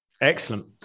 excellent